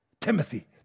Timothy